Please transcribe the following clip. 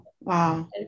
wow